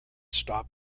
stop